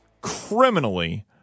criminally